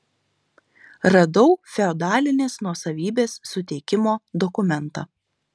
radau feodalinės nuosavybės suteikimo dokumentą